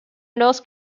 north